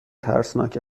ترسناک